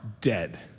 dead